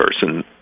person